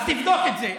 אז תבדוק את זה.